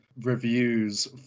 reviews